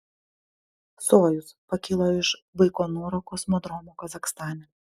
sojuz pakilo iš baikonūro kosmodromo kazachstane